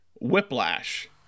Whiplash